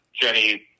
Jenny